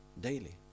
daily